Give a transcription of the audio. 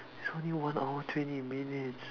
it's only one hour twenty minutes